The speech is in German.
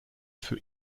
für